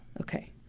Okay